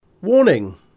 Warning